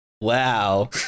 Wow